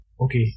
Okay